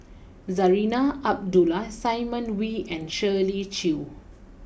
Zarinah Abdullah Simon Wee and Shirley Chew